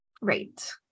Right